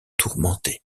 tourmenté